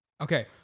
Okay